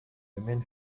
women